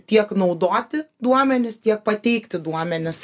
tiek naudoti duomenis tiek pateikti duomenis